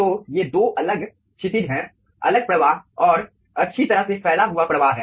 तो ये 2 अलग क्षितिज हैं अलग प्रवाह और अच्छी तरह से फैला हुआ प्रवाह हैं